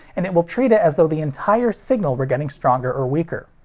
and it will treat it as though the entire signal were getting stronger or weaker.